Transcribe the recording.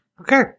okay